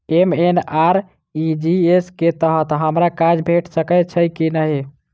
MNREGA कऽ तहत हमरा काज भेट सकय छई की नहि?